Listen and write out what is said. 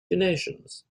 donations